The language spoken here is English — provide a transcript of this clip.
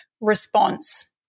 response